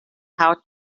how